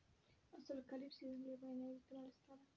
అసలు ఖరీఫ్ సీజన్లో ఏమయినా విత్తనాలు ఇస్తారా?